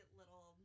little